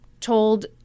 Told